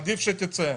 עדיף שתצא.